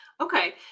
Okay